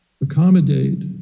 accommodate